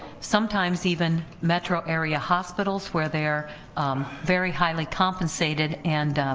sometimes even metro area hospitals where they're very highly compensated, and